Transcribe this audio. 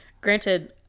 granted